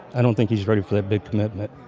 i don't think he's ready for that big commitment